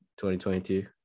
2022